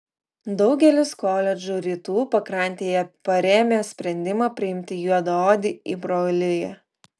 daugelis koledžų rytų pakrantėje parėmė sprendimą priimti juodaodį į broliją